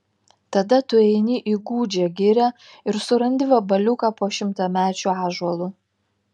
tada tu eini į gūdžią girią ir surandi vabaliuką po šimtamečiu ąžuolu